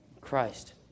Christ